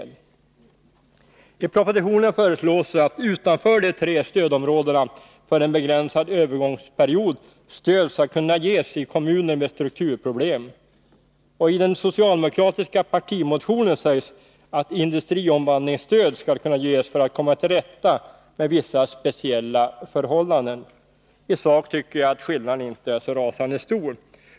Det föreslås i propositionen att utanför de tre stödområdena skall stöd för en begränsad övergångsperiod kunna ges i kommuner med strukturproblem. I den socialdemokratiska partimotionen sägs att industriomvandlingsstöd skall kunna ges för att man skall komma till rätta med vissa speciella förhållanden. I sak tycker jag att skillnaden inte är så rasande stor.